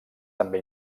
també